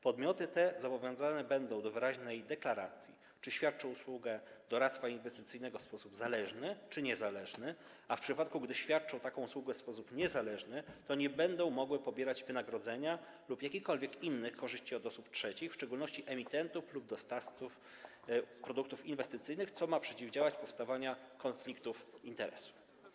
Podmioty te zobowiązane będą do wyraźnej deklaracji, czy świadczą usługę doradztwa inwestycyjnego w sposób zależny czy niezależny, a w przypadku gdy świadczą taką usługę w sposób niezależny, nie będą mogły pobierać wynagrodzenia lub jakichkolwiek innych korzyści od osób trzecich, w szczególności emitentów lub dostawców produktów inwestycyjnych, co ma przeciwdziałać powstawaniu konfliktów interesów.